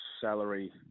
salary